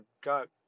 got